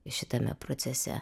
šitame procese